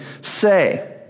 say